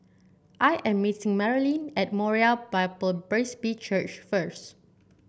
I am meeting Marolyn at Moriah Bible Presby Church first